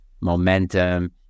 momentum